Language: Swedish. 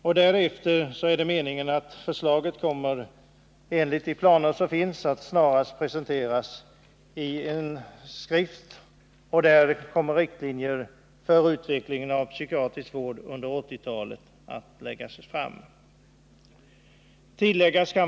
Enligt planerna är det Nr 34 meningen att förslaget därefter snarast skall presenteras i en skrift, där Onsdagen den riktlinjer för utvecklingen av den psykiatriska vården under 1980-talet 21 november 1979 kommer att läggas fram.